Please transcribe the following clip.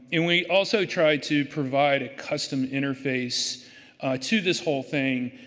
and we also try to provide a custom interface to this whole thing